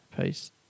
Peace